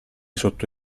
sotto